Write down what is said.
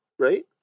Right